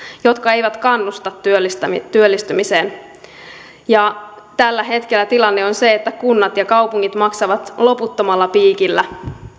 jotka eivät kannusta työllistymiseen tällä hetkellä tilanne on se että kunnat ja kaupungit maksavat loputtomalla piikillä